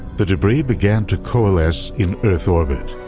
the debris began to coalesced in earth orbit,